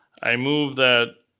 i move that